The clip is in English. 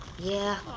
yeah.